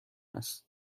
است